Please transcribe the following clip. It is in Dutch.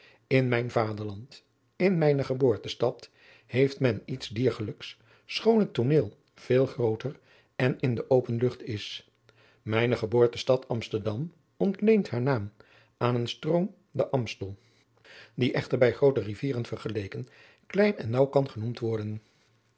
in mijn vaderland in mijne geboortestad heeft men iets diergelijks schoon het tooneel veel grooter en in de open lucht is mijne geboortestad amsterdam ontleent haar naam van een stroom den amstel die echter bij groote rivieren vergeleken klein en naauw kan genoemd worden